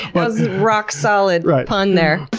but rock-solid pun there.